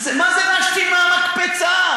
מה זה משתינים מהמקפצה?